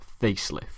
facelift